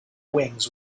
wings